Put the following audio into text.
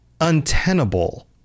untenable